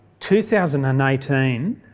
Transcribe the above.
2018